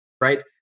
right